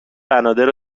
بنادر